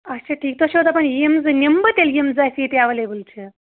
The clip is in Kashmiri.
اچھا ٹھیٖک تُہۍ چھُوا دَپان یِمہٕ زٕ نِمہٕ بہٕ تیٚلہِ یِم زٕ اَسہِ ییٚتہِ اَیٚویلیبٕل چھَ